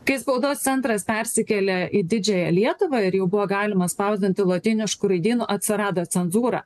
kai spaudos centras persikėlė į didžiąją lietuvą ir jau buvo galima spausdinti lotynišku raidynu atsirado cenzūra